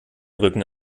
rücken